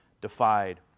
defied